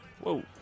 Whoa